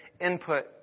input